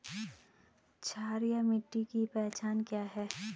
क्षारीय मिट्टी की पहचान क्या है?